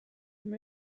from